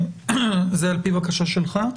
זה על פי הבקשה שלך?